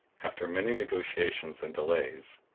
after many negotiations and delays,